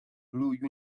blue